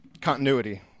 continuity